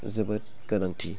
जोबोद गोनांथि